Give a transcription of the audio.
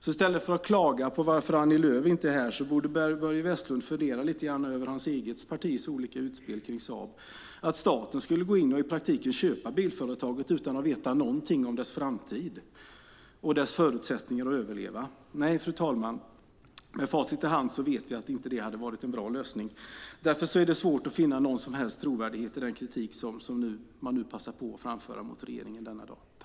I stället för att klaga på att Annie Lööf inte är här borde Börje Vestlund fundera lite grann över hans eget partis olika utspel kring Saab. Att staten skulle gå in och i praktiken köpa bilföretaget utan att veta någonting om dess framtid och dess förutsättningar att överleva, nej, fru talman, med facit i hand vet vi att det inte hade varit någon bra lösning. Därför är det svårt att finna någon som helst trovärdighet i den kritik som man nu passar på att framföra denna dag mot regeringen.